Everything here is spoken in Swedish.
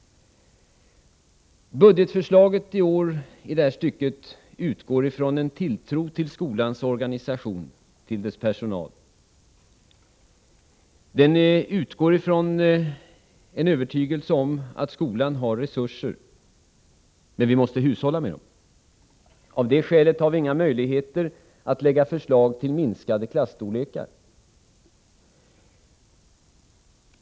Budgetförslaget i år i detta stycke utgår från en tilltro till skolans organisation och till dess personal. Det utgår från en övertygelse om att skolan har resurser. Men vi måste hushålla med dem. Av det skälet har vi inga möjligheter att lägga fram förslag om minskade klasstorlekar.